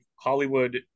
Hollywood